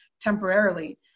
temporarily